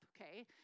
okay